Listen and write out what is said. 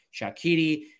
Shakiri